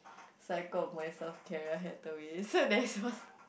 so I called myself Kara-Hathaway so